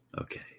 Okay